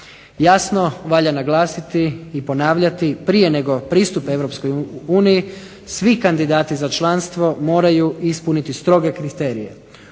Jasno valja naglasiti i ponavljati prije nego pristupe Europskoj uniji svi kandidati za članstvo moraju ispuniti stroge kriterije.